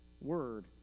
word